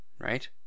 right